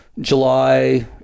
July